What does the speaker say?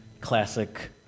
classic